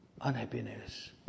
unhappiness